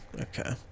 Okay